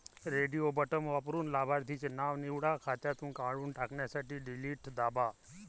radio button वापरून लाभार्थीचे नाव निवडा, खात्यातून काढून टाकण्यासाठी डिलीट दाबा